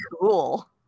cool